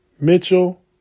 Mitchell